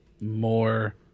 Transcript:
more